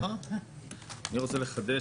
אני רוצה לחדש